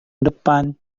depan